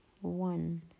one